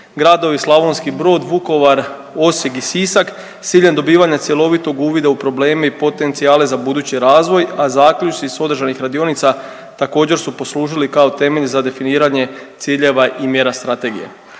gradovi Slavonski Brod, Vukovar, Osijek i Sisak s ciljem dobivanja cjelovitog uvida u probleme i potencijale za budući razvoj, a zaključci s održanih radionica također su poslužili kao temelj za definiranje ciljeva i mjera strategije.